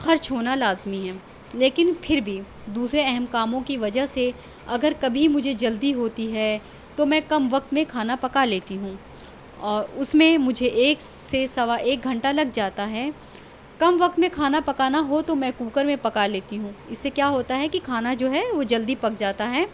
خرچ ہونا لازمی ہے لیکن پھر بھی دوسرے اہم کاموں کی وجہ سے اگر کبھی مجھے جلدی ہوتی ہے تو میں کم وقت میں کھانا پکا لیتی ہوں اور اس میں مجھے ایک سے سوا ایک گھنٹا لگ جاتا ہے کم وقت میں کھانا پکانا ہو تو میں کوکر میں پکا لیتی ہوں اس سے کیا ہوتا ہے کہ کھانا جو ہے وہ جلدی پک جاتا ہے